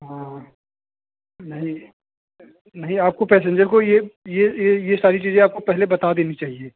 हाँ नहीं नहीं आपको पैसेन्जर को ये ये ये ये सारी चीजें आपको पहले बता देनी चाहिए